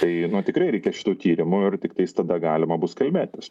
tai tikrai reikia šitų tyrimų ir tiktais tada galima bus kalbėt ta prasme